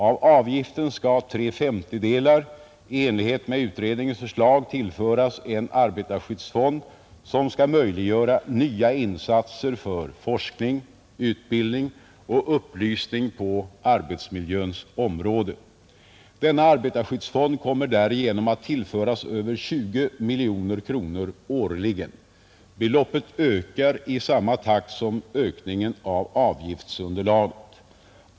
Av avgiften skall tre femtedelar i enlighet med utredningens förslag tillföras en arbetarskyddsfond, som skall möjliggöra nya insatser för forskning, utbildning och upplysning på arbetsmiljöns område. Denna arbetarskyddsfond kommer därigenom att tillföras över 20 miljoner kronor årligen. Beloppet ökar i samma takt som ökningen av avgiftsunderlaget.